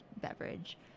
beverage